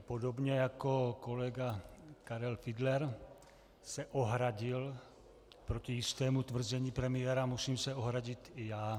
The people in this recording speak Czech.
Podobně jako kolega Karel Fiedler se ohradil proti jistému tvrzení premiéra, musím se ohradit i já.